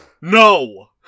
No